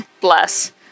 Bless